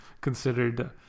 considered